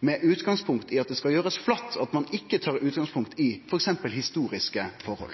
med det utgangspunktet at det skal gjerast flatt, og ein tar ikkje utgangspunkt i f.eks. historiske forhold.